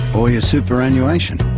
or your superannuation.